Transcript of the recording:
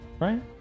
Right